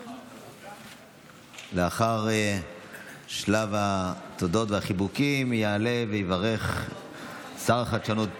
לאחר שלב התודות והחיבוקים יעלה ויברך שר החדשנות,